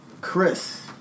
Chris